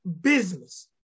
business